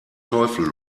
teufel